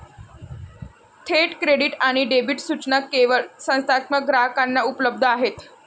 थेट क्रेडिट आणि डेबिट सूचना केवळ संस्थात्मक ग्राहकांना उपलब्ध आहेत